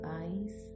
eyes